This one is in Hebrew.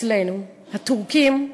אצלנו הטורקים,